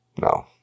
No